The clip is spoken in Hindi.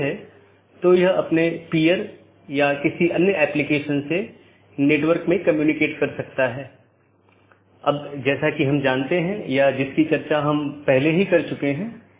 बाहरी गेटवे प्रोटोकॉल जो एक पाथ वेक्टर प्रोटोकॉल का पालन करते हैं और ऑटॉनमस सिस्टमों के बीच में सूचनाओं के आदान प्रदान की अनुमति देता है